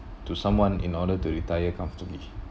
to someone in order to retire comfortably